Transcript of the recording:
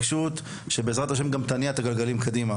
גם בעזרת ה׳ תניע את הדברים קדימה.